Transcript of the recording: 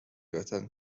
وطن